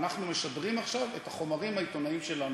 אנחנו משדרים עכשיו את החומרים העיתונאיים שלנו.